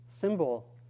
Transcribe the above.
symbol